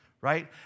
right